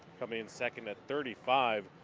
i mean second at thirty five,